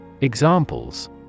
examples